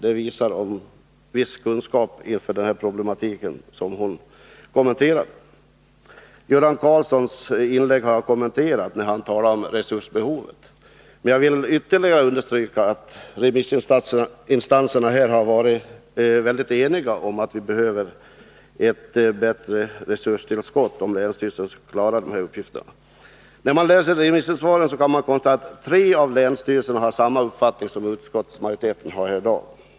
Det visar att hon har viss kunskap om den problematik som hon kommenterade. Göran Karlssons inlägg — när han talade om resursbehovet — har jag redan kommenterat, men jag vill ytterligare understryka att remissinstanserna har varit eniga om att vi behöver ett bättre resurstillskott för att länsstyrelserna skall kunna klara den här uppgiften. När man läser remissvaren kan man konstatera att tre av länsstyrelserna har samma uppfattning som utskottsmajoriteten.